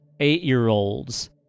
eight-year-olds